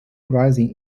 rising